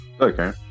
Okay